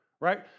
right